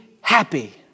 happy